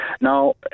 Now